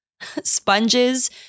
sponges